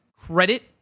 Credit